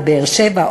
בבאר-שבע,